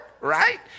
right